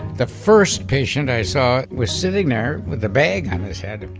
the first patient i saw was sitting there with a bag on his head